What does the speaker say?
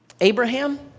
Abraham